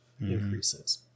increases